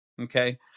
Okay